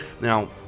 Now